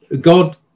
god